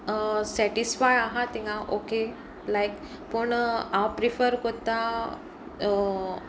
satisfy आसा तिंगा okay like पूण हांव प्रिफर करता